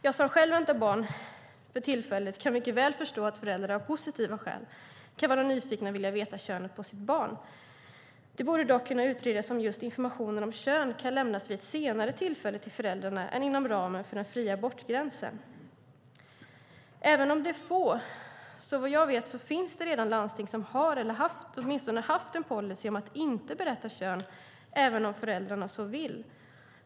Jag som själv väntar barn för tillfället kan mycket väl förstå att föräldrar av positiva skäl kan vara nyfikna och vilja veta könet på sitt barn. Det borde dock kunna utredas om just informationen om kön kan lämnas vid ett senare tillfälle till föräldrarna än inom tidsramen för den fria abortgränsen. Även om de är få finns det, såvitt jag vet, redan landsting som har eller åtminstone har haft en policy om att inte berätta om kön även om föräldrarna så vill.